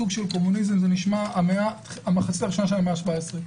זה כבר נשמע סוג של קומוניזם של המחצית הראשונה של המאה השבע-עשרה.